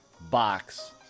box